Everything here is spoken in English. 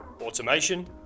automation